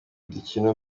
dukino